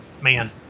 man